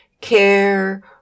care